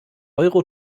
euro